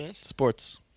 Sports